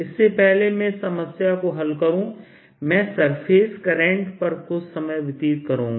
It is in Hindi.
इससे पहले कि मैं इस समस्या को हल करूं मैं सरफेस करंट पर कुछ समय व्यतीत करूंगा